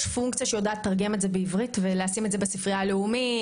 פונקציה שיודעת לתרגם את זה לעברית ולשים את זה בספרייה הלאומית,